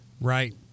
Right